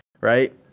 right